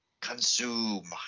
consume